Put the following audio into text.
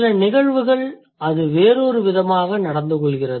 சில நிகழ்வுகள் அது வேறொரு விதமாக நடந்து கொள்கிறது